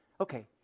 okay